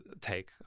take